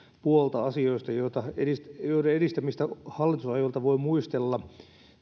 puolta asioista joiden edistämistä hallitusajoilta voi muistella